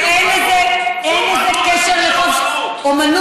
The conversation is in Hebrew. ואין לזה קשר, זו אומנות.